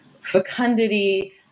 fecundity